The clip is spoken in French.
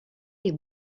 les